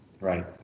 Right